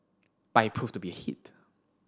but he proved to be a hit